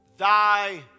Thy